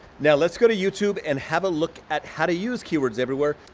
now let's go to youtube and have a look at how to use keywords everywhere.